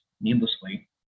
needlessly